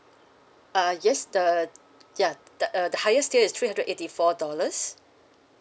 uh yes the the ya the the highest tier is three hundred eighty four dollars